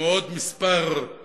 כמו עוד כמה קבוצות,